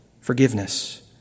forgiveness